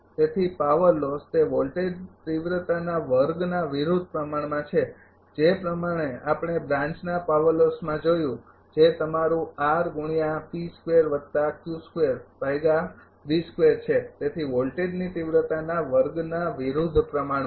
તેથી power loss તે વોલ્ટેજની તિવ્રતાના વર્ગના વિરુદ્ધ પ્રમાણમાં છે જે આપણે બ્રાન્ચના પાવર લોસમાં જોયું છે જે તમારુ છે તેથી વોલ્ટેજની તિવ્રતાના વર્ગના વિરુદ્ધ પ્રમાણમાં